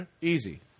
Easy